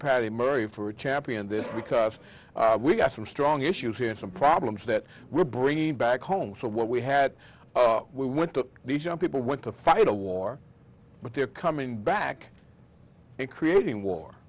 patty murray for championed this because we've got some strong issues here some problems that we're bringing back home so what we had we went to these young people went to fight a war but they're coming back and creating war